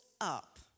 up